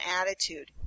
attitude